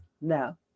no